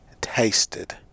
tasted